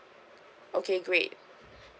okay great